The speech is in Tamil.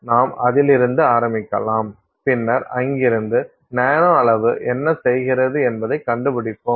நாம் அதிலிருந்து ஆரம்பிக்கலாம் பின்னர் அங்கிருந்து நானோ அளவு என்ன செய்கிறது என்பதைக் கண்டுபிடிப்போம்